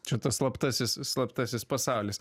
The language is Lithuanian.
čia tas slaptasis slaptasis pasaulis